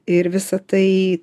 ir visa tai